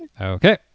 Okay